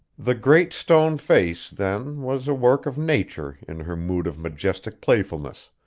the great stone face, then, was a work of nature in her mood of majestie playfulness,